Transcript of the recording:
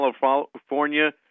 California